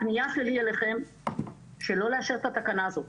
הפנייה שלי אליכם היא לא לאשר את התקנה הזאת.